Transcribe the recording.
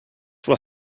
will